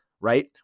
right